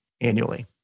annually